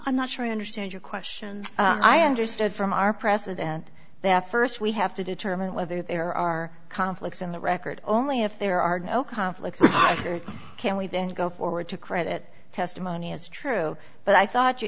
i'm not sure i understand your question i understood from our president that first we have to determine whether there are conflicts in the record only if there are no conflicts can we then go forward to credit testimony is true but i thought you